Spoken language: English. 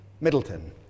Middleton